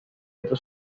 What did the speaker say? otro